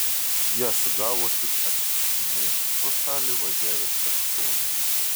ją sugavo tik atsitiktinai pro šalį važiavęs kapitonas